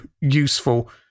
useful